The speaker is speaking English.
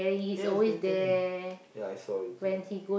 yes very ya I saw it too